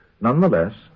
nonetheless